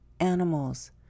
animals